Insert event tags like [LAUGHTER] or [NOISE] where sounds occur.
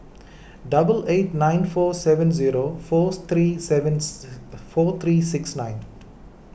double eight nine four seven zero four three seven [NOISE] four three six nine